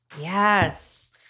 Yes